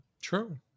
True